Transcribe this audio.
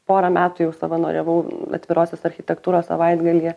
porą metų jau savanoriavau atvirosios architektūros savaitgalyje